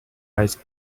eyes